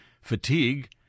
fatigue